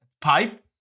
Pipe